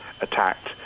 attacked